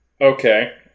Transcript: Okay